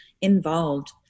involved